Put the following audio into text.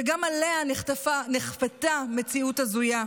שגם עליה נכפתה מציאות הזויה.